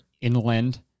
inland